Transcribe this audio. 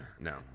no